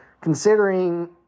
considering